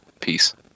peace